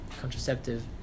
contraceptive